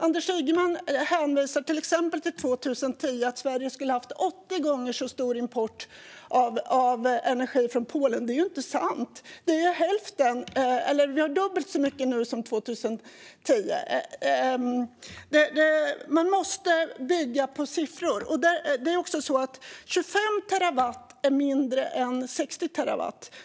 Anders Ygeman hänvisar till exempel till 2010 och att Sverige skulle ha haft 80 gånger så stor import av energi från Polen då. Det är ju inte sant; vi har dubbelt så mycket nu som 2010. Man måste bygga detta på siffror. Det är också så att 25 terawattimmar är mindre än 60 terawattimmar.